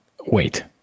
wait